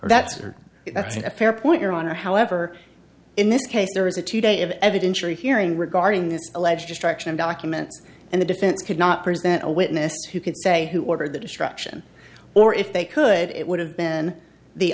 that's are that's a fair point your honor however in this case there is a two day of evidentiary hearing regarding this alleged destruction of documents and the defense could not present a witness who could say who ordered the destruction or if they could it would have been the